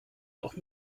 auch